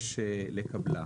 שיבקש לקבלה.